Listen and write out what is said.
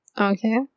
Okay